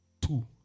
two